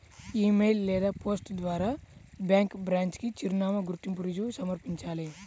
ఇ mail లేదా post ద్వారా bank branch కి చిరునామా, గుర్తింపు రుజువు సమర్పించాలి